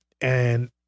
And-